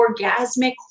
orgasmic